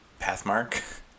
Pathmark